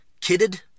kidded